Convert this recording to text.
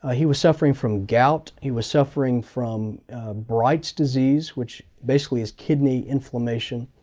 ah he was suffering from gout. he was suffering from bright's disease which basically is kidney inflammation.